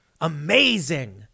Amazing